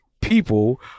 people